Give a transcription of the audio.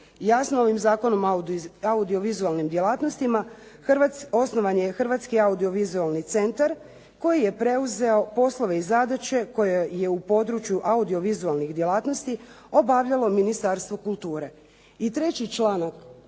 Jasno ovim Zakonom o audiovizualnim djelatnostima osnovan je Hrvatski audiovizualni centar koji je preuzeo poslove i zadaće koje je u području audiovizualnih djelatnosti obavljalo Ministarstvo kulture.